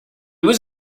was